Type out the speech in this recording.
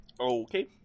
Okay